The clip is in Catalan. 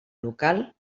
local